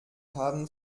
haben